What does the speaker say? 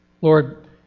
Lord